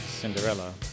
Cinderella